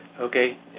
Okay